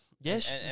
Yes